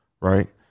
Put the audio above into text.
Right